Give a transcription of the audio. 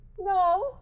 No